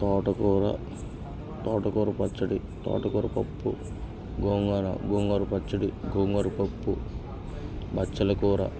తోటకూర తోటకూర పచ్చడి తోటకూర పప్పు గోంగూర గోంగూర పచ్చడి గోంగూర పప్పు బచ్చల కూర